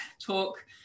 talk